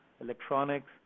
electronics